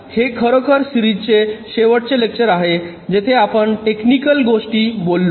हे खरोखर सिरीजचे शेवटचे व्याख्यान आहे जेथे आपण टेक्निकल गोष्टी बोललो